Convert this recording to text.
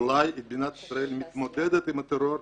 אולי מדינת ישראל מתמודדת עם הטרור,